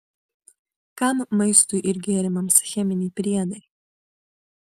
kam maistui ir gėrimams cheminiai priedai